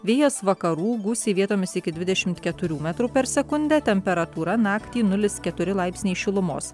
vėjas vakarų gūsiai vietomis iki dvidešimt keturių metrų per sekundę temperatūra naktį nulis keturi laipsniai šilumos